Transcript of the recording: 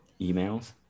emails